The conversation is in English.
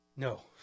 No